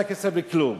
אין לה כסף לכלום,